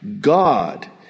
God